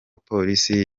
polisi